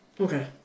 Okay